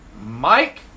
Mike